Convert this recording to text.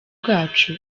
bwacu